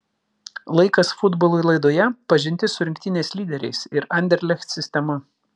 laikas futbolui laidoje pažintis su rinktinės lyderiais ir anderlecht sistema